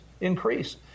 increase